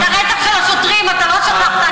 את הרצח של השוטרים של הלוחמים לא שכחת,